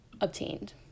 obtained